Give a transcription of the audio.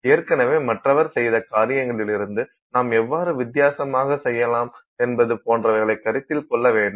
ஏற்கனவே மற்றவர் செய்த காரியங்களிலிருந்து நாம் எவ்வாறு வித்தியாசமாக செய்யலாம் என்பது போன்றவைகளை கருத்தில் கொள்ள வேண்டும்